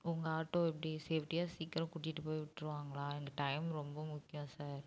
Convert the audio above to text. உங்கள் ஆட்டோ எப்படி சேஃப்டியாக சீக்கிரம் கூட்டிகிட்டு போய் விட்டுருவாங்களா எனக்கு டைம் ரொம்ப முக்கியம் சார்